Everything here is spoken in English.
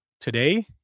today